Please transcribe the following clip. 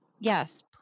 yes